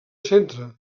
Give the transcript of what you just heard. centre